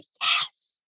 yes